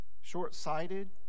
short-sighted